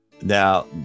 Now